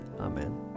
Amen